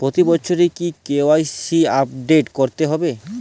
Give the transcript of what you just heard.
প্রতি বছরই কি কে.ওয়াই.সি আপডেট করতে হবে?